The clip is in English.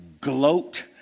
gloat